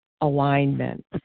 alignment